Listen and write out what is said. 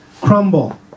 crumble